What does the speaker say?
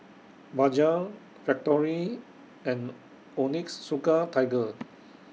Bajaj Factorie and Onitsuka Tiger